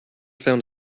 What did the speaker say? found